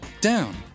down